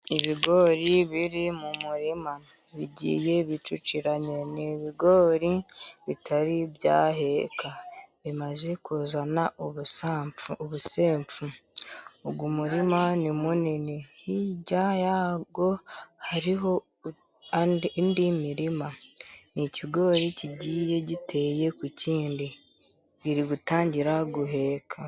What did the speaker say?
Ibigori biri mu murima bigiye bicukiranye, ni ibigori bitari byaheka bimaze kuzana ubusepfu. Uyu murima munini hirya yawo hariho indi mirima, ni ikigori kigiye giteye ku kindi biri gutangira guheka.